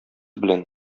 белән